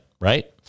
right